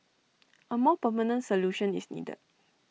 A more permanent solution is needed